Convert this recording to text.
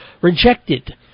rejected